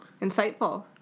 Insightful